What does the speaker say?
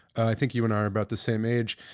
i think you and i are about the same age.